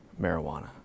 marijuana